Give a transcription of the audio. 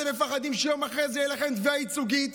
אתם מפחדים שיום אחרי זה תהיה לכם תביעה ייצוגית,